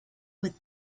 with